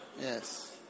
Yes